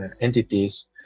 entities